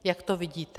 Jak to vidíte?